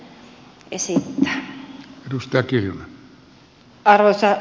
arvoisa herra puhemies